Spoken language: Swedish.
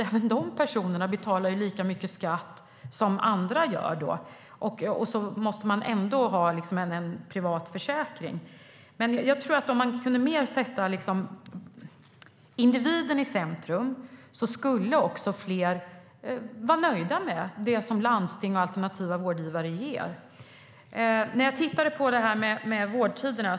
Även de personerna betalar lika mycket skatt som andra gör, men ändå måste de ha en privat försäkring. Men om individen kan sättas mer i centrum skulle fler vara nöjda med det som landsting och alternativa vårdgivare ger. Jag har tittat på uppgifterna om vårdtiderna.